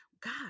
God